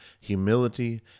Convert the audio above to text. humility